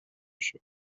بشو